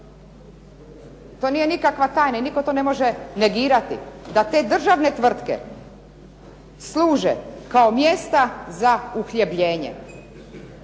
to nije nikakva tajna i nitko to ne može negirati da te državne tvrtke služe kao mjesta za uhljebljenje.